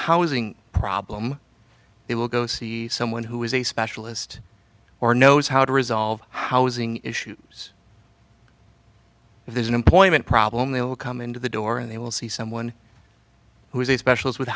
housing problem they will go see someone who is a specialist or knows how to resolve housing issues if there's an employment problem they will come into the door and they will see someone who is a specialist with